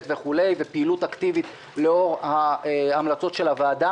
ופעילות אקטיבית לאור ההמלצות של הוועדה,